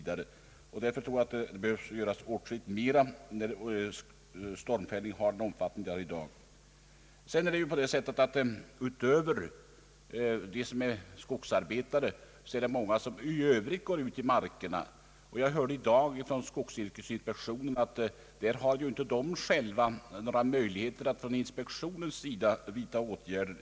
Det behöver nog göras åtskilligt mera, med tanke på den omfattning stormfällningen har fått. Därtill kommer att många som inte är skogsarbetare går ut i markerna. Jag hörde i dag från skogsyrkesinspektionen att den inte har några möjligheter att vidta åtgärder.